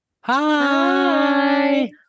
Hi